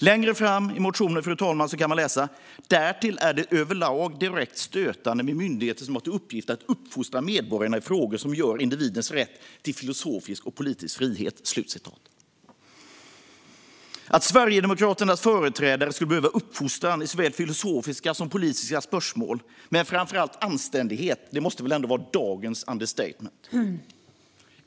Längre fram i motionen kan man läsa: "Därtill är det överlag direkt stötande med myndigheter som har till uppgift att uppfostra medborgarna i frågor som rör individens rätt till filosofisk och politisk frihet." Att Sverigedemokraternas företrädare skulle behöva uppfostran i såväl filosofiska som politiska spörsmål men framför allt anständighet måste väl vara dagens understatement.